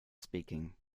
speaking